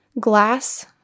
glass